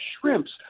shrimps